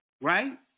right